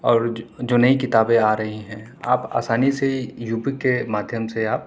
اور جو نئی کتابیں آ رہی ہیں آپ آسانی سے کے مادھیم سے